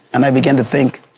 and i began to think,